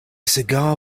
cigar